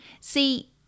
See